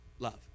Love